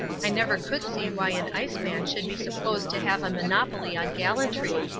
i never could see why an ice man should be supposed to have a monopoly on gallantry.